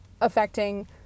affecting